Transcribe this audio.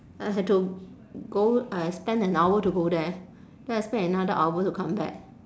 I had to go I spent an hour to go there then I spend another hour to come back